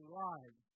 lives